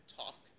talk